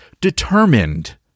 determined